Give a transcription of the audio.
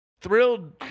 thrilled